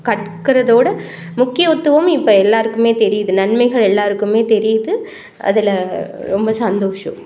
கற்கிறதோடு முக்கியத்துவம் இப்போ எல்லோருக்குமே தெரியுது நன்மைகள் எல்லோருக்குமே தெரியுது அதில் ரொம்ப சந்தோஷம்